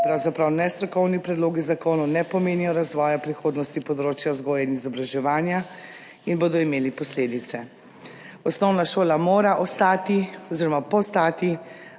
pravzaprav nestrokovni predlogi zakonov ne pomenijo razvoja prihodnosti področja vzgoje in izobraževanja in bodo imeli posledice. Osnovna šola mora ostati oziroma postati